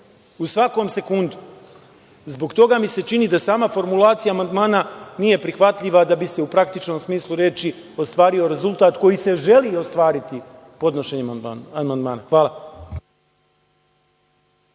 u svakom sekundu. Zbog toga mi se čini da sama formulacija amandmana nije prihvatljiva da bi se u praktičnom smislu reči ostvario rezultat koji se želi ostvariti podnošenjem amandmana. Hvala.